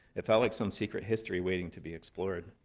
it felt like some secret history waiting to be explored.